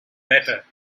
better